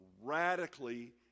radically